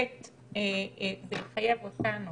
(ב) זה יחייב אותנו